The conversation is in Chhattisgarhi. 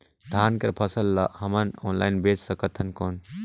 धान कर फसल ल हमन ऑनलाइन बेच सकथन कौन?